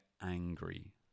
angry